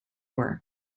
were